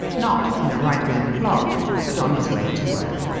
not in a right-wing plot but on his way to work.